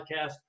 podcast